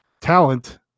talent